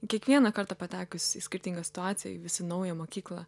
kiekvieną kartą patekusi į skirtingą situaciją vis į naują mokyklą